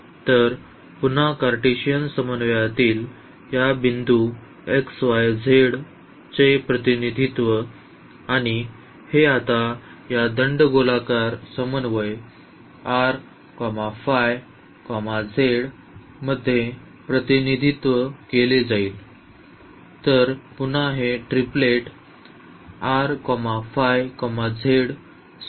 तर पुन्हा कार्टेशियन समन्वयातील या बिंदू xyz चे प्रतिनिधित्व आणि हे आता या दंडगोलाकार समन्वय r ϕ z मध्ये प्रतिनिधित्व केले जाईल तर पुन्हा हे ट्रिपलेट सह